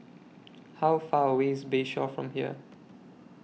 How Far away IS Bayshore from here